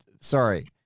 sorry